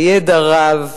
בידע רב.